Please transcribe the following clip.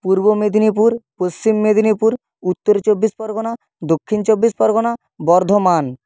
Purba Medinipur Paschim Medinipur Uttar Chabbish Pargana Dakshin Chabbish Pargana Bardhaman